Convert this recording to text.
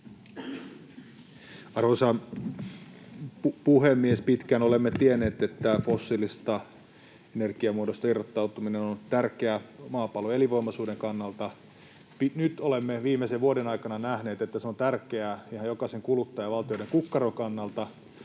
Arvoisa puhemies! Pitkään olemme tienneet, että fossiilisesta energiamuodosta irrottautuminen on tärkeää maapallon elinvoimaisuuden kannalta. Nyt olemme viimeisen vuoden aikana nähneet, että se on tärkeää ihan jokaisen kuluttajan ja valtioiden kukkaron kannalta,